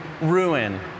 ruin